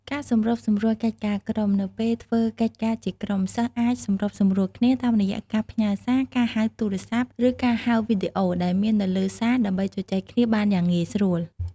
ការសម្របសម្រួលកិច្ចការក្រុម នៅពេលធ្វើកិច្ចការជាក្រុម សិស្សអាច សម្របសម្រួលគ្នា តាមរយៈការផ្ញើសារ ការហៅទូរស័ព្ទ ឬការហៅវីដេអូ ដែលមាននៅលើ សារ ដើម្បីជជែកគ្នាបានងាយស្រួល។